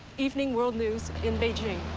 evening world news in beijing.